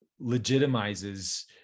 legitimizes